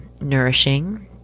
nourishing